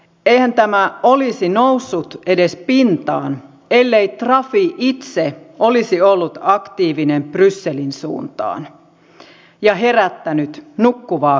eihän tämä olisi edes noussut pintaan ellei trafi itse olisi ollut aktiivinen brysselin suuntaan ja herättänyt nukkuvaa karhua